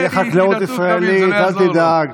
תהיה חקלאות ישראלית, אל תדאג.